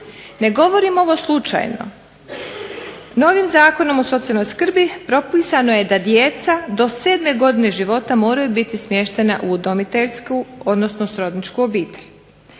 Ne govorim ovo slučajno, novim zakonom o socijalnoj skrbi propisano je da djeca do 7. godine života moraju biti smještena u udomiteljsku odnosno srodničku obitelj.